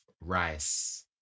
rice